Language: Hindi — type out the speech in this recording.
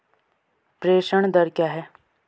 प्रेषण दर क्या है?